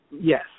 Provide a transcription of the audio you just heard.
Yes